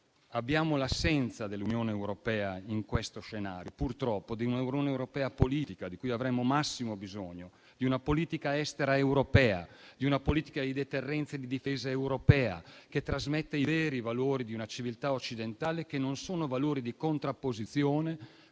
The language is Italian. diplomatica forte dell'Unione europea. In questo scenario, purtroppo, abbiamo l'assenza di un'Unione europea politica, di cui avremmo massimo bisogno, di una politica estera europea, di una politica di deterrenza e di difesa europea, che trasmetta i veri valori di una civiltà occidentale, che non sono valori di contrapposizione,